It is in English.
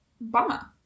bummer